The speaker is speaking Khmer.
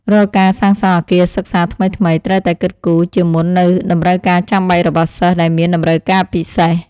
រាល់ការសាងសង់អគារសិក្សាថ្មីៗត្រូវតែគិតគូរជាមុននូវតម្រូវការចាំបាច់របស់សិស្សដែលមានតម្រូវការពិសេស។